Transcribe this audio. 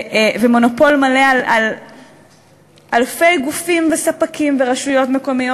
ומונופול מלא על אלפי גופים וספקים ורשויות מקומיות